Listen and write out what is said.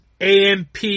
AMP